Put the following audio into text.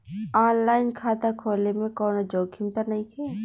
आन line खाता खोले में कौनो जोखिम त नइखे?